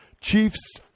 Chiefs